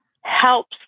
helps